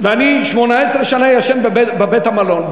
ואני 18 שנה ישן בבית-המלון.